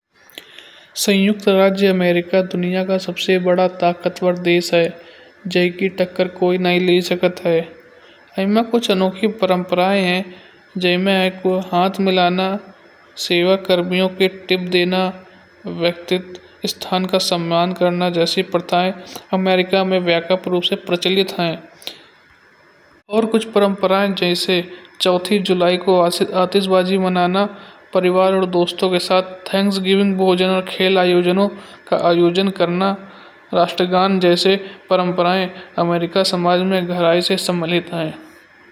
संयुक्त राज्य अमेरिका दुनिया का सबसे बड़ा ताकतवर देश है। जय की टक्कर कोई नहीं ले सकता है। वहां में कुछ अनोखे परंपराएं हैं। जय में एको हाथ मिलाना, सेवा कर्मियों की टिप देना, व्यक्तित्व स्थान का सम्मान करना जैसी प्रथाएं। अमेरिका में व्यापक रूप से प्रचलित है। और कुछ परंपराएं जैसे चौथी जुलाई को आतिशबाजी बनाना। परिवार और दोस्तों के साथ थैंक्स, गिविंग, भोजन और खेल आयोजनों का आयोजन करना। राष्ट्रगान जैसे परंपराएं अमेरिका समाज में गहराई से सम्मिलित हैं।